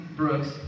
Brooks